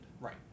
right